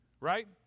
right